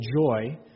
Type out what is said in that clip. joy